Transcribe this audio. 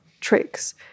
tricks